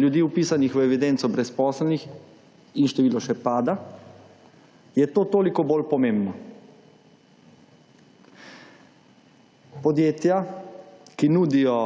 ljudi vpisanih v evidenco brezposelnih in število še pada, je to toliko bolj pomembno. Podjetja, ki nudijo